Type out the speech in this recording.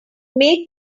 make